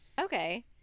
Okay